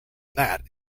that